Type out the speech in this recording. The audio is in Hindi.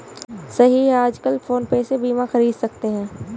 सही है आजकल फ़ोन पे से बीमा ख़रीद सकते हैं